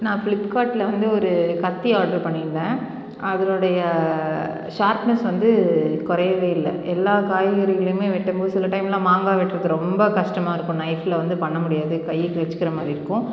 நான் பிலிப் கார்டில் வந்து ஒரு கத்தி ஆர்டர் பண்ணிருந்தன் அதனுடைய ஷார்ப்னஸ் வந்து குறயவேயில்ல எல்லா காய்கறிகளையுமே வெட்டும்போது சில டைம்லா மாங்காய் வெட்றது ரொம்ப கஷ்டமாயிருக்கும் நய்ஃப்யில் வந்து பண்ண முடியாது கையை கிழிச்சுகி ற மாதிரியிருக்கும்